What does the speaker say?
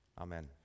Amen